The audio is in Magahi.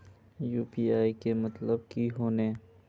यु.पी.आई के मतलब की होने?